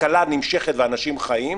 כלכלה נמשכת ואנשים חיים,